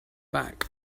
back